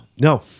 No